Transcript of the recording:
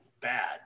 bad